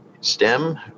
STEM